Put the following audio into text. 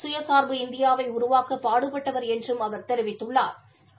சுயசாா்பு இந்தியாவை உருவாக்க பாடுபட்டவா் என்றும் அவா் தெரிவித்துள்ளாா்